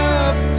up